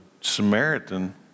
Samaritan